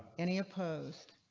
any oppose.